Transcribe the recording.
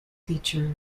feature